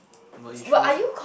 but you sure